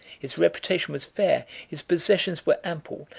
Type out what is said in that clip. his reputation was fair, his possessions were ample,